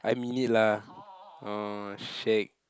I mean it lah orh shag